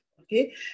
okay